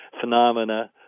phenomena